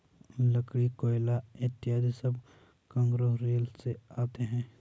लकड़ी, कोयला इत्यादि सब कार्गो रेल से आते हैं